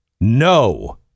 no